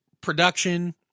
production